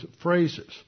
phrases